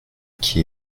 qui